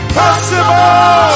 possible